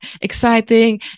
exciting